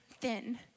thin